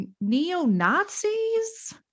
neo-Nazis